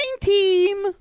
team